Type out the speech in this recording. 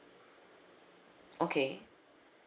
okay